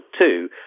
two